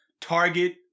Target